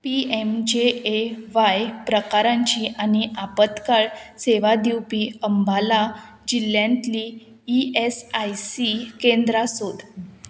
P M J A Y प्रकारांची आनी आपतकाळ सेवा दिवपी अंबाला जिल्ल्यांतलीं ई एस आय सी केंद्रां सोद